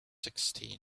sixteen